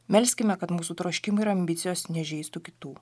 melskime kad mūsų troškimai ir ambicijos nežeistų kitų